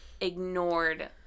ignored